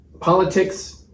politics